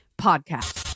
podcast